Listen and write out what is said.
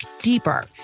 deeper